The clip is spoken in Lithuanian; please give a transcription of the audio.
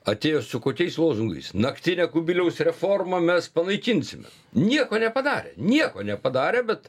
atėjo su kokiais lozungais naktinę kubiliaus reformą mes panaikinsime nieko nepadarė nieko nepadarė bet